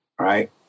right